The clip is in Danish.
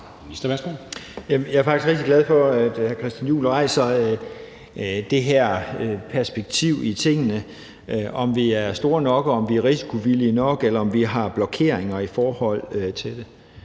Jeg er faktisk rigtig glad for, at hr. Christian Juhl rejser det her perspektiv i tingene, altså om vi er store nok, og om vi er risikovillige nok, eller om vi har blokeringer i forhold til det.